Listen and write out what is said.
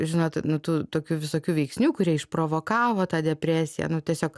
žinot nu tų tokių visokių veiksnių kurie išprovokavo tą depresiją nu tiesiog